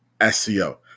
SEO